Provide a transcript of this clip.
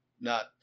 not-